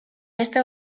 beste